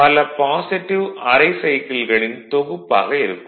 பல பாசிட்டிவ் அரை சைக்கிள்களின் தொகுப்பாக இருக்கும்